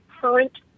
current